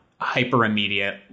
hyper-immediate